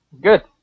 good